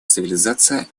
цивилизация